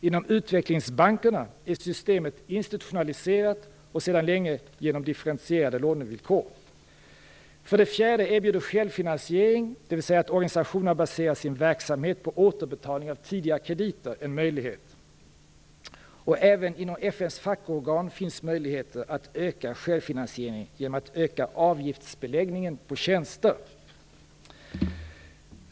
Inom utvecklingsbankerna är systemet institutionaliserat sedan länge genom differentierade lånevillkor. För det fjärde erbjuder självfinansiering, dvs. att organisationerna baserar sin verksamhet på återbetalning av tidigare krediter, en möjlighet. Även inom FN:s fackorgan finns möjligheter att öka självfinansieringen genom att öka avgiftsbeläggningen på tjänster.